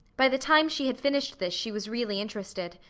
by the time she had finished this she was really interested.